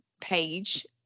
page